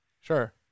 sure